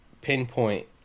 pinpoint